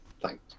Thanks